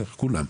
כולם,